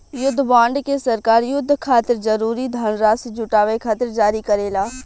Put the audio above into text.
युद्ध बॉन्ड के सरकार युद्ध खातिर जरूरी धनराशि जुटावे खातिर जारी करेला